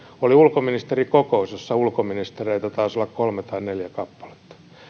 oli ulkoministerikokous jossa ulkoministereitä taisi olla kolme tai neljä kappaletta